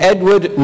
Edward